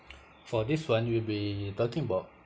for this one we'll be talking about